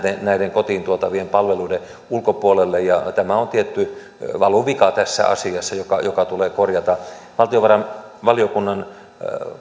näiden kotiin tuotavien palveluiden ulkopuolelle ja tämä on tietty valuvika tässä asiassa joka joka tulee korjata valtiovarainvaliokunnan